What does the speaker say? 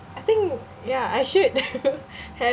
I think ya I should have